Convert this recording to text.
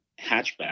hatchback